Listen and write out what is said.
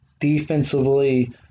defensively